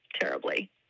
terribly